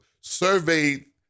surveyed